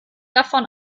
davon